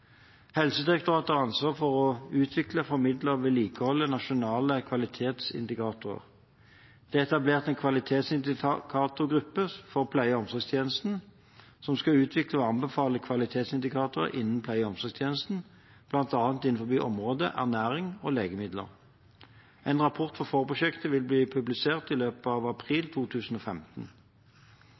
Helsedirektoratet har ansvar for å utvikle, formidle og vedlikeholde nasjonale kvalitetsindikatorer. Det er etablert en kvalitetsindikatorgruppe for pleie- og omsorgstjenester, som skal utvikle og anbefale kvalitetsindikatorer innenfor pleie- og omsorgstjenesten, bl.a. innenfor områdene ernæring og legemidler. En rapport fra forprosjektet vil bli publisert i løpet av april 2015.